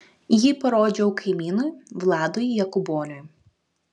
jį parodžiau kaimynui vladui jakuboniui